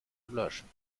löschen